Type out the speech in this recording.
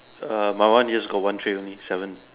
uh my one use got one train only seven